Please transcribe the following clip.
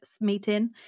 meeting